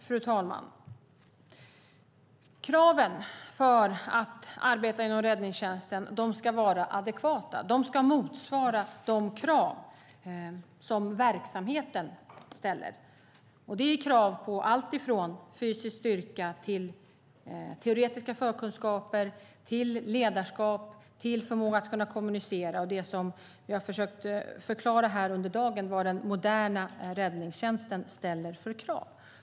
Fru talman! Kraven för att arbeta inom räddningstjänsten ska vara adekvata. De ska motsvara de krav som verksamheten ställer. Det är krav på alltifrån fysisk styrka till teoretiska förkunskaper, till ledarskap och till förmåga att kunna kommunicera. Det som jag har försökt förklara här under dagen är vad den moderna räddningstjänsten ställer för krav.